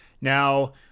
now